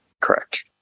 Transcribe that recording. Correct